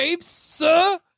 Sir